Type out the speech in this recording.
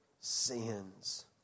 sins